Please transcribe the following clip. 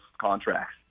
contracts